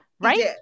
right